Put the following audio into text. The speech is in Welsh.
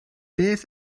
beth